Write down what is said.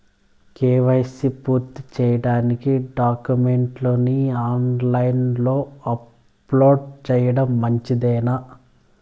KYC పూర్తి సేయడానికి డాక్యుమెంట్లు ని ఆన్ లైను లో అప్లోడ్ సేయడం మంచిదేనా?